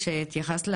כשהתייחסת